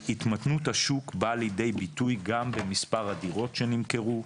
התמתנות השוק באה לידי ביטוי גם במספר הדירות שנמכרו,